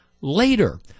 later